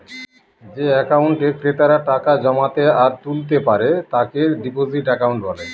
যে একাউন্টে ক্রেতারা টাকা জমাতে আর তুলতে পারে তাকে ডিপোজিট একাউন্ট বলে